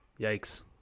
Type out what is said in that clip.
Yikes